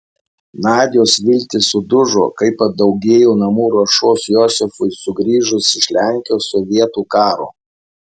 nadios viltys sudužo kai padaugėjo namų ruošos josifui sugrįžus iš lenkijos sovietų karo